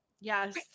Yes